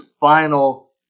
final